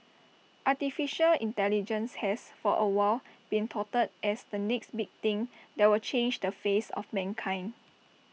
Artificial Intelligence has for A while been touted as the next big thing that will change the face of mankind